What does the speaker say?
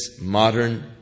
modern